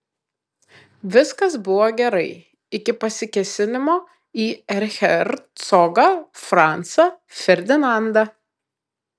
viskas buvo gerai iki pasikėsinimo į erchercogą francą ferdinandą